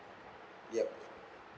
yup